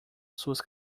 suas